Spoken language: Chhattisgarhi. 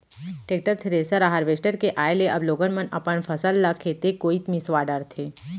टेक्टर, थेरेसर, हारवेस्टर के आए ले अब लोगन मन अपन फसल ल खेते कोइत मिंसवा डारथें